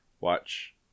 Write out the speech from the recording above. watch